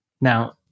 Now